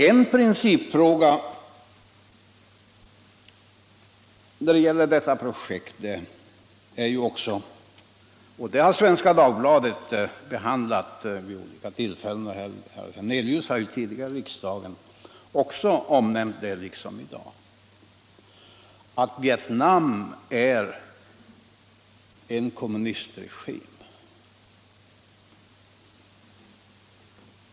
En principfråga när det gäller detta projekt är det förhållandet — det som Svenska Dagbladet behandlat vid olika tillfällen och som herr Hernelius tidigare i riksdagen liksom i dag har omnämnt — att Vietnam har en kommunistregim.